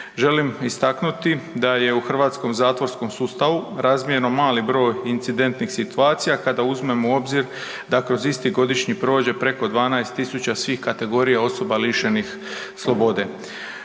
Želim istaknuti da je u hrvatskom zatvorskom sustavu razmjerno mali broj incidentnih situacija, kad uzmemo u obzir da kroz isti godišnji prođe preko 12 tisuća svih kategorija osoba lišenih slobode.